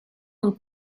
con